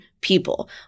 people